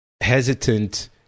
hesitant